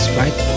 right